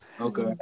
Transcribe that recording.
Okay